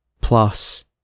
Plus